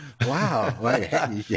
wow